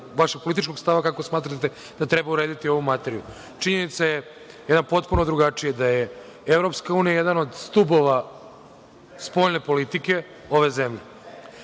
vašeg političkog stava kako smatrate da treba urediti ovu materiju. Činjenica je da ima potpuno drugačiju ideju. Evropska unija je jedan od stubova spoljne politike ove zemlje.